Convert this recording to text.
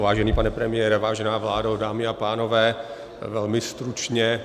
Vážený pane premiére, vážená vládo, dámy a pánové, velmi stručně.